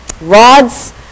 Rods